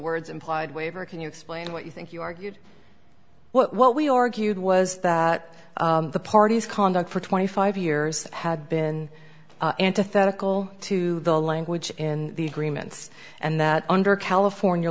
words implied waiver can you explain what you think you argued what we argued was that the parties conduct for twenty five years had been antithetical to the language in the agreements and that under california